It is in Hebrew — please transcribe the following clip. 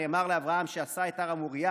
נאמר לאברהם שעשה את הר המוריה